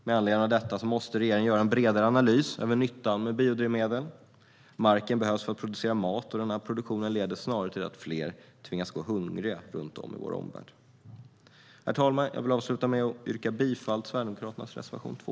Med anledning av detta måste regeringen göra en bredare analys av nyttan med biodrivmedel. Marken behövs för att producera mat, men denna produktion leder snarare till att fler tvingas gå hungriga runt om i vår omvärld. Jag vill avsluta med att yrka bifall till Sverigedemokraternas reservation 2.